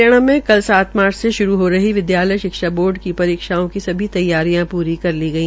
हरियाणा मे सात मार्च से श्रू हो रही विद्यालय शिक्षा बोर्ड की परीक्षाओं की सभी तैयारियां पूरी कर ली गई